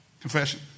Confession